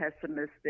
pessimistic